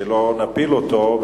כדי שלא נפיל אותו,